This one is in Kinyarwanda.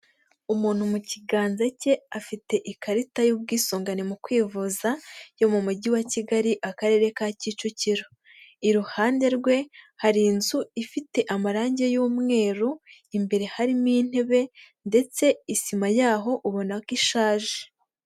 Umuntu mu kiganza cye afite ikarita y'ubwisungane mu kwivuza yo mu mujyi wa Kigali, akarere ka Kicukiro, iruhande rwe hari inzu ifite amarangi y'umweru, imbere harimo intebe ndetse isima yaho ubona ko ishaje.